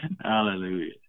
Hallelujah